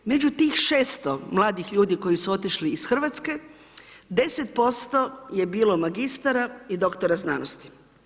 Među tih 600 mladih ljudi koji su otišli iz Hrvatske, 10% je bilo magistara i doktora znanosti.